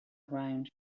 round